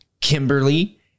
Kimberly